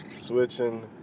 switching